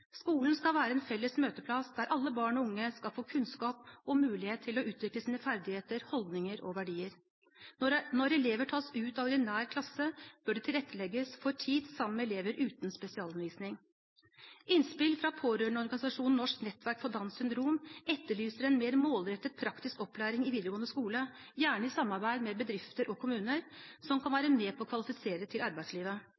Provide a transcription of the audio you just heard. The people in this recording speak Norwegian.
Skolen skal være en felles møteplass der alle barn og unge skal få kunnskap og mulighet til å utvikle sine ferdigheter, holdninger og verdier. Når elever tas ut av ordinær klasse, bør det tilrettelegges for tid sammen med elever uten spesialundervisning. Innspill fra pårørendeorganisasjonen Norsk Nettverk For Down Syndrom etterlyser en mer målrettet praktisk opplæring i videregående skole, gjerne i samarbeid med bedrifter eller kommuner, som kan